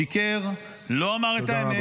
שיקר, לא אמר את האמת.